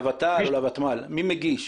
לות"ל או לותמ"ל, מי מגיש?